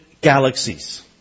galaxies